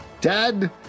Dad